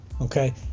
Okay